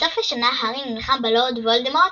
בסוף השנה הארי נלחם בלורד וולדמורט,